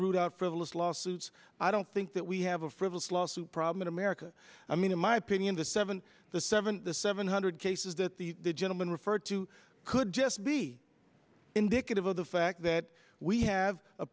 root out frivolous lawsuits i don't think that we have a frivolous lawsuit problem in america i mean in my opinion the seven the seven the seven hundred cases that the gentleman referred to could just be indicative of the fact that we have a